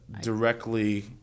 directly